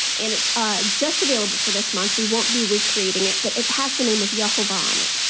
and it's ah just available for this month, we won't be recreating it. but it has the name of yehovah on it.